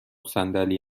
صندلی